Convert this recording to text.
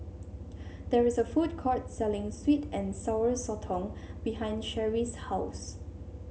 there is a food court selling sweet and Sour Sotong behind Sherry's house